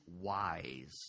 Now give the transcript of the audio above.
wise